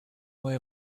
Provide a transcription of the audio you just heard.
way